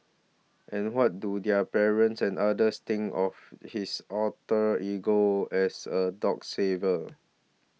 and what do their parents and others think of his alter ego as a dog saver